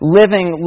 living